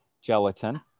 gelatin